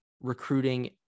recruiting